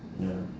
ya